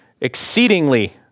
exceedingly